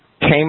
came